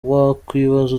wakwibaza